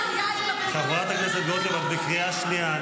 חברת הכנסת גוטליב, קריאה שנייה.